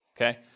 okay